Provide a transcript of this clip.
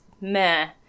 meh